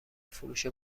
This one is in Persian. فروش